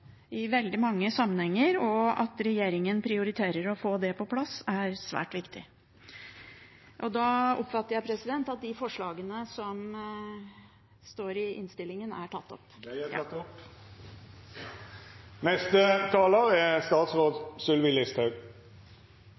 i veldig mange sammenhenger. At regjeringen prioriterer å få det på plass, er svært viktig. Jeg oppfatter det slik at de forslagene som står i innstillingen, er tatt opp. Dei er tekne opp. Jeg er